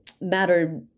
matter